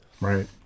Right